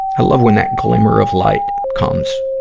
i love when that glimmer of light comes,